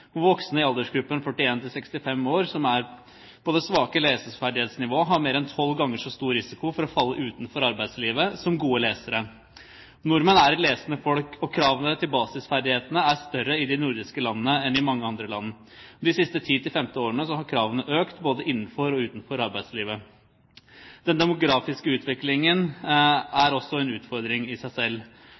Voksne i aldersgruppen 41–65 år, som er på det svakeste leseferdighetsnivå, har mer enn tolv ganger så stor risiko for å falle utenfor arbeidslivet som det gode lesere har. Nordmenn er et lesende folk, og kravene til basisferdigheter er større i de nordiske landene enn i mange andre land. De siste 10–15 årene har kravene økt både innenfor og utenfor arbeidslivet. Den demografiske utviklingen er også en utfordring i seg selv.